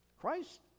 Christ